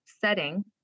setting